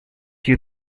you